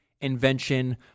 invention